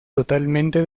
totalmente